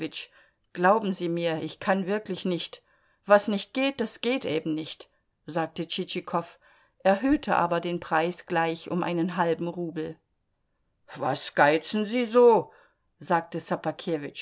glauben sie mir ich kann wirklich nicht was nicht geht das geht eben nicht sagte tschitschikow erhöhte aber den preis gleich um einen halben rubel was geizen sie so sagte